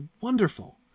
wonderful